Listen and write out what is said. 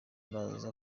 araza